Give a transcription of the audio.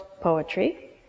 poetry